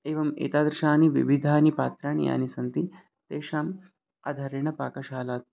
एवम् एतादृशानि विविधानि पात्राणि यानि सन्ति तेषाम् आधारेण पाकशाला